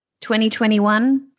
2021